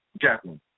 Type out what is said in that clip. Jacqueline